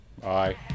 Bye